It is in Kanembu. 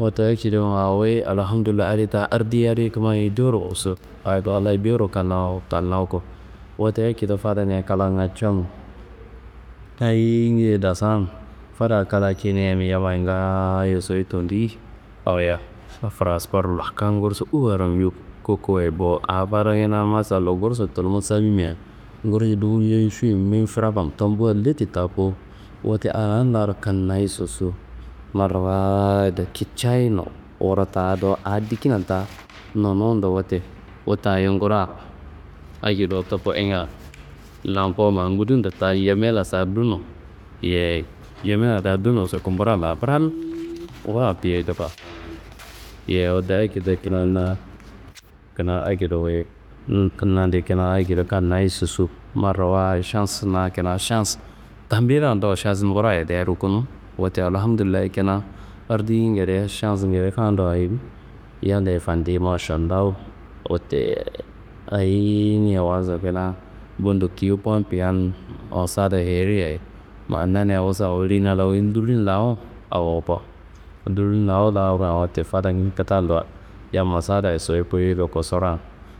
Wote akedo ma wuyi Alhamdullayi adi ta ardiyi adi Kumayi jowuro kuso adi ta Wallayi jowuro kannawu kannawuku, wote akedo fadaniya klanga canuwu ayingeye dasan. Fada kla ceneiyan yamma ngaayo sowu tendiyi awoyia furaskarno, kam gursu uwuyerombe yuwu kuku wayi bo. A fada kina masallo gursu tulmu samimia gursu dufu mea- n fiwu n, mea- n firaku n tambuwa leti ta bo. Wote anaa laro kannayi seso marawayido kicayino, wuro ta do aa dikina ta nonundo, wote wu tayi nguraro akedo tuku ingan nangowo ma ngudundo ta Ñamena saa dunu, yeyi Ñamena ta dunu soku ngura larro bural, ngura diye tuko. Yowo wote akedo kina na kina akedo wuyi n- nande kina akedo kannayi seso marawayid šans na kina šans tambinado šans ngura yende rukunu. Wote Alhamdullayi kina ardiyi ngede šans ngede kaaduwa ayi? Yalleye fandi Mašallawu, wote ayiniye walsu kina, bundo tuyo pompe yan masada yerriyaye ma naniya wusa woli na la wuyi dulin lawu awoko, dulin lawu lawuka wote fada kitaduwa yam masadayi soyi koyei do kosoran.